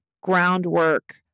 groundwork